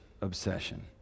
obsession